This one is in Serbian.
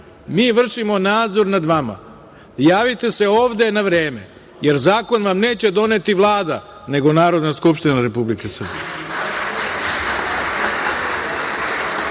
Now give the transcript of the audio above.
Mi vršimo nadzor nad vama, javite se ovde na vreme, jer zakon vam neće doneti Vlada, nego Narodna skupština Republike Srbije.